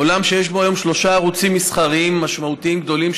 עולם שיש בו היום שלושה ערוצים מסחריים משמעותיים גדולים,